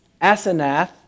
Asenath